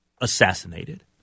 assassinated